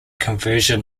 conversion